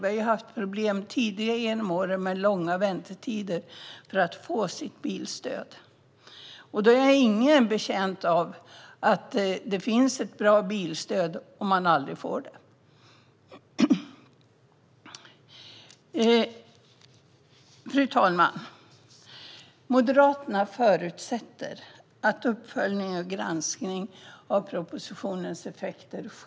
Vi har tidigare haft problem under åren med långa väntetider för att människor ska få bilstöd. Ingen är betjänt av att det finns ett bra bilstöd om man aldrig får det. Fru talman! Moderaterna förutsätter att det sker en uppföljning och granskning av propositionens effekter.